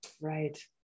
Right